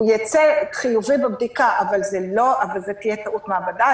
הוא ייצא חיובי בבדיקה אבל זאת תהיה טעות מעבדה,